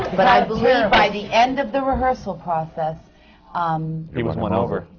but i believe by the end of the rehearsal process he was won over.